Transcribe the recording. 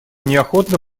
неохотно